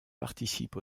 participe